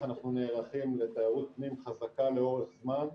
אנחנו נערכים לתיירות פנים חזקה לאורך זמן.